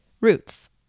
roots